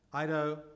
Ido